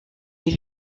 est